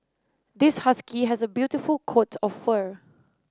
this husky has a beautiful coat of fur